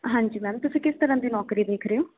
ਹਾਂਜੀ ਮੈਮ ਤੁਸੀਂ ਕਿਸ ਤਰ੍ਹਾਂ ਦੀ ਨੌਕਰੀ ਦੇਖ ਰਹੇ ਹੋ